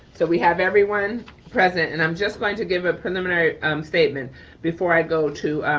so we have everyone present and i'm just going to give a preliminary statement before i'd go to